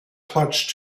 clutch